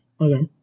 Okay